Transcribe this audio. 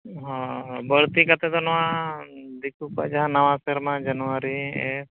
ᱦᱮᱸ ᱵᱟᱹᱲᱛᱤ ᱠᱟᱛᱮᱫ ᱫᱚ ᱱᱚᱣᱟ ᱫᱤᱠᱩ ᱠᱚᱣᱟᱜ ᱡᱟᱦᱟᱸ ᱱᱟᱣᱟ ᱥᱮᱨᱢᱟ ᱡᱟᱱᱩᱣᱟᱨᱤ